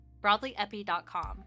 BroadlyEpi.com